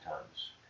times